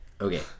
okay